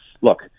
Look